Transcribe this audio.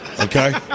okay